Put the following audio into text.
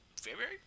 February